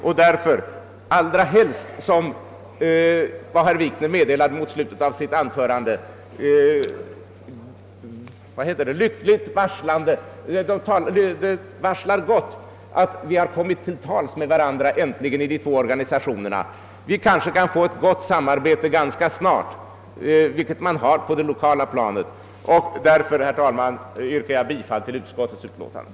Vad herr Wikner sade i slutet av sitt anförande varslar dock gott; de två organisationerna tycks äntligen ha kommit till tals med varandra. Vi kanske ganska snart kan få till stånd ett gott samarbete, vilket man på flera orter lär ha på det lokala planet. Herr talman! Jag ber att få yrka bifall till utskottets hemställan.